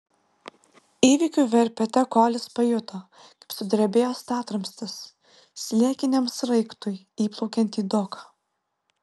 įvykių verpete kolis pajuto kaip sudrebėjo statramstis sliekiniam sraigtui įplaukiant į doką